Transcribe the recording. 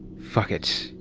fuck it.